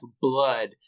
blood